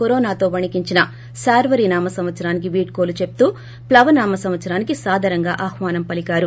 కరోనాతో వణికించిన శార్వరి నామ సంవత్సరానికి వీడ్కోలు చెప్పూ ప్లవ నామ సంవత్సరానికి సాదరంగా ఆహ్వానం పలికారు